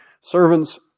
servant's